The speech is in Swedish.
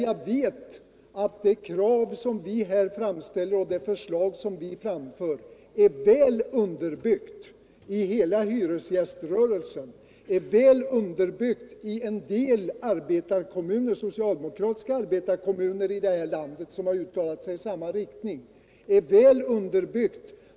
Jag vet att vårt förslag är väl underbyggt i hyresgäströrelsen, och en del arbetarkommuner har uttalat sig i samma riktning.